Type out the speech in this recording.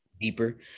deeper